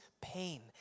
pain